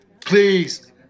Please